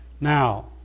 Now